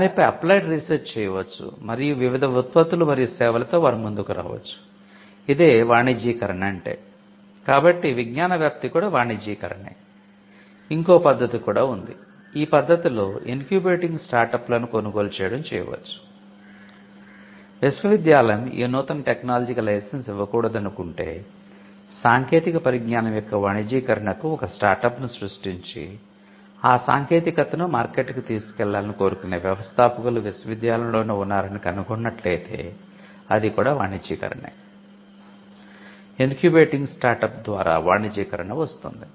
దానిపై applied research ద్వారా వాణిజ్యీకరణ వస్తుంది